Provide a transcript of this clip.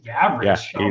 average